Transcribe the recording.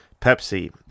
Pepsi